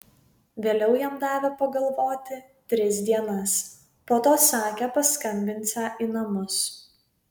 vėliau jam davė pagalvoti tris dienas po to sakė paskambinsią į namus